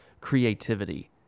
creativity